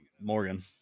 Morgan